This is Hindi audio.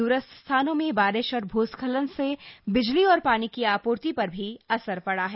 द्रस्थ स्थानों में बारिश और भूस्खलन से बिजली और पानी की आपूर्ति पर भी असर पड़ा है